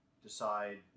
decide